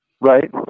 right